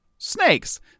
snakes